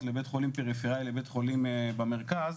לבית חולים פריפריאלי לבית חולים במרכז,